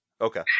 Okay